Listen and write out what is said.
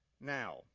Now